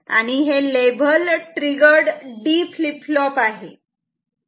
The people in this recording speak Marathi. आणि हे level triggered D flip flop आहे